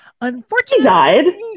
unfortunately